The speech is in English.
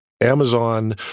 Amazon